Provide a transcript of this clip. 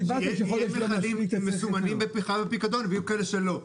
יהיו כאלה שמסומנים בפיקדון ויהיו כאלה שלא.